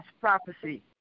prophecy